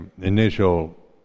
initial